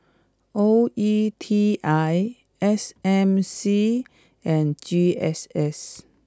O E T I S M C and G S S